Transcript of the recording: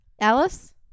Alice